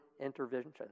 intervention